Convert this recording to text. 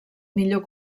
millor